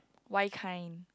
why kind